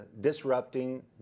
disrupting